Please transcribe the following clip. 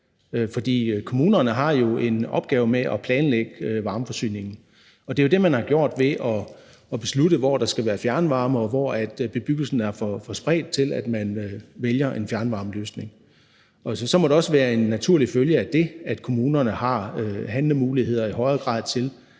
fordi kommunerne jo har en opgave med at planlægge varmeforsyningen. Det er jo det, man har gjort ved at beslutte, hvor der skal være fjernvarme, og hvor bebyggelsen er for spredt til, at man vælger en fjernvarmeløsning. Så det må også være en naturlig følge af det, at kommunerne i højere grad har